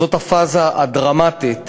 וזאת הפאזה הדרמטית